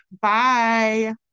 Bye